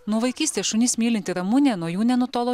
nuo vaikystės šunis mylinti ramunė nuo jų nenutolo